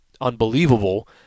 unbelievable